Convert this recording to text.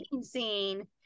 scene